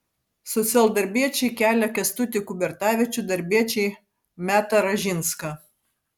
socialdarbiečiai kelia kęstutį kubertavičių darbiečiai metą ražinską